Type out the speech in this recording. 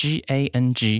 G-A-N-G